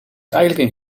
eigenlijk